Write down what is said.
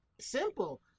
Simple